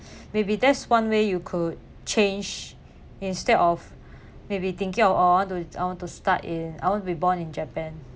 maybe that's one way you could change instead of maybe think yeah I w~ want to I want to start in I want be born in japan